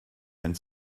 wenn